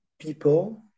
people